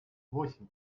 восемь